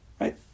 Right